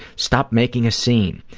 stop making a scene.